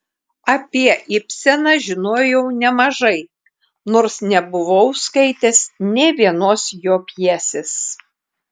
apie ibseną žinojau nemažai nors nebuvau skaitęs nė vienos jo pjesės